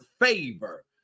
favor